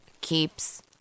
keeps